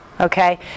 okay